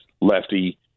lefty